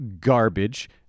garbage